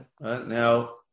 now